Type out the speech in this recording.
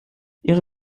ihre